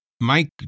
Mike